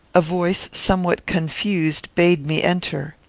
a voice somewhat confused bade me enter.